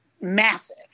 massive